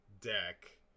deck